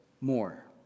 more